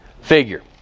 figure